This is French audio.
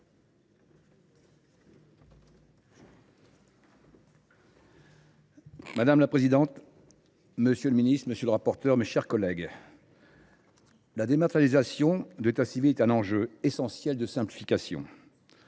Madame la présidente, monsieur le ministre, mes chers collègues, la dématérialisation de l’état civil est un enjeu essentiel de simplification.